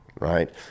right